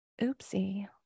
Oopsie